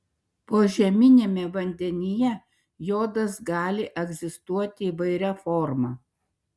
požeminiame vandenyje jodas gali egzistuoti įvairia forma